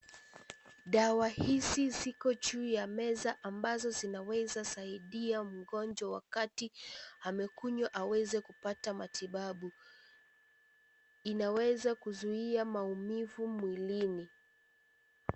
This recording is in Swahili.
Dawa hizi ziko juu ya meza ambazo zinaweza saidia mgonjwa wakati amekunywa aweze kupata matibabu inaweza kuzuia maumivu mwilini.